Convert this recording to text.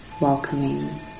welcoming